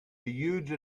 huge